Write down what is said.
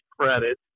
credit